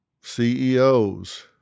CEOs